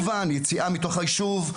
כמובן, יציאה מתוך היישוב.